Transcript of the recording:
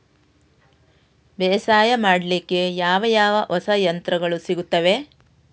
ಬೇಸಾಯ ಮಾಡಲಿಕ್ಕೆ ಯಾವ ಯಾವ ಹೊಸ ಯಂತ್ರಗಳು ಸಿಗುತ್ತವೆ?